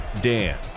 Dan